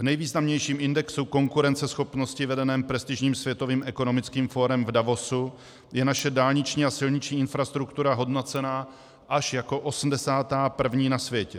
V nejvýznamnějším indexu konkurenceschopnosti vedeném prestižním Světovým ekonomickým fórem v Davosu je naše dálniční a silniční infrastruktura hodnocena až jako 81. na světě.